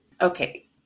Okay